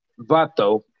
vato